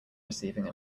receiving